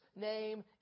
name